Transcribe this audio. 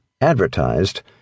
advertised